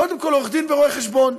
קודם כול עורך-דין ורואה-חשבון.